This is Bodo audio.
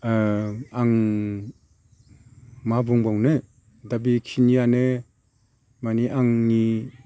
आं मा बुंबावनो दा बे खिनियानो माने आंनि